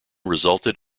resulted